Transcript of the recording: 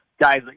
guys